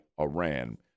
Iran